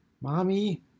Mommy